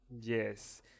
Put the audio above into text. Yes